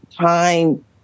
time